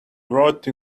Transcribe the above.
wrote